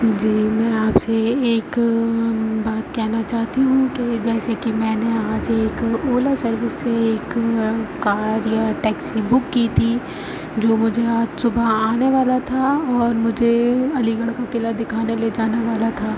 جی میں آپ سے یہ ایک بات کہنا چاہتی ہوں کہ جیسا کہ میں نے آج ایک اولا سروس سے ایک کار یا ٹیکسی بک کی تھی جو مجھے آج صبح آنے والا تھا اور مجھے علی گڑھ کا قلعہ دکھانے لے جانے والا تھا